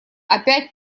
опять